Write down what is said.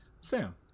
sam